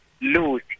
lose